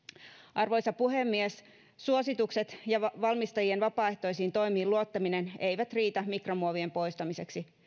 arvoisa puhemies suositukset ja valmistajien vapaaehtoisiin toimiin luottaminen eivät riitä mikromuovien poistamiseksi